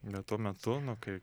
ne tuo metu nu kai